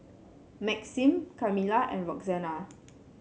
Maxim Kamilah and Roxanna